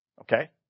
Okay